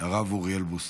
הרב אוריאל בוסו.